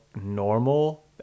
normal